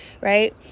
Right